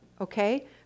Okay